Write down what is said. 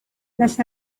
las